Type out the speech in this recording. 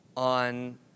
On